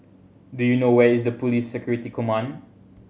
do you know where is Police Security Command